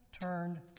turned